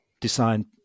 designed